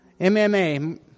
MMA